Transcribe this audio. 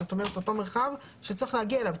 זאת אומרת, אותו מרחב שצריך להגיע אליו.